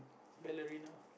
ballerina